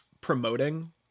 promoting